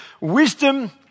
Wisdom